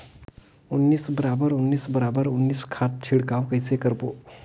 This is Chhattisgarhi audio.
उन्नीस बराबर उन्नीस बराबर उन्नीस खाद छिड़काव कइसे करबो?